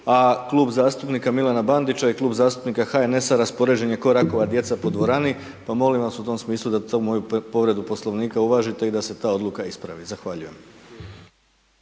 a Klub zastupnika Milana Bandića i Klub zastupnika HNS-a raspoređen je ko rakova djeca po dvorani, pa molim vas u tom smislu da tu moju povredu poslovnika uvažite i da se ta odluka ispravi. Zahvaljujem.